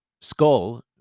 skull